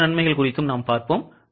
பிற நன்மைகளையும் பார்ப்போம்